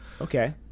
Okay